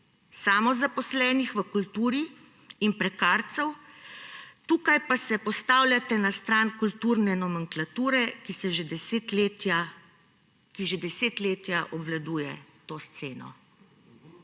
samozaposlenih v kulturi in prekarcev, tukaj pa se postavljate na stran kulturne nomenklature, ki že desetletja obvladuje to sceno.«